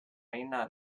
reina